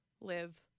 live